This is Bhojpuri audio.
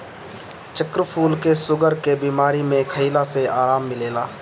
चक्रफूल के शुगर के बीमारी में खइला से आराम मिलेला